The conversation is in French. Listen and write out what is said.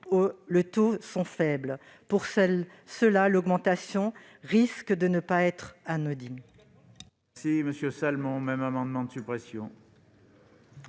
les taux sont faibles. Au final, l'augmentation risque de ne pas être anodine.